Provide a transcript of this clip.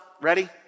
Ready